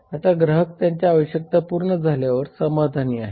आता ग्राहक त्यांच्या आवश्यकता पूर्ण झाल्यावर समाधानी आहेत